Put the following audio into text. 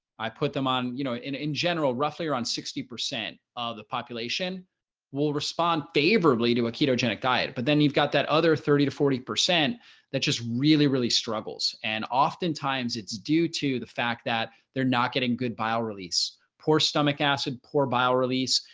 i put them on, you know, in in general, roughly around sixty percent of the population will respond favorably to a ketogenic diet, but then you've got that other thirty to forty. that just really, really struggles and oftentimes, it's due to the fact that they're not getting good bile release. poor stomach acid. poor bile release.